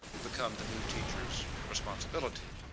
become the new teacher's responsibility.